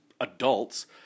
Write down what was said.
adults –